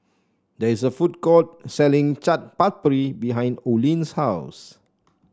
there is a food court selling Chaat Papri behind Oline's house